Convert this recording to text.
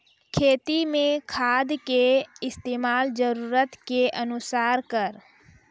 खेती मे खाद के इस्तेमाल जरूरत के अनुसार करऽ